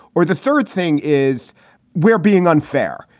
or the third thing is we're being unfair.